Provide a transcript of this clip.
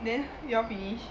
then you all finish